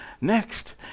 Next